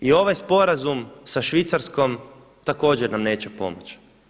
I ovaj sporazum sa Švicarskom također nam neće pomoći.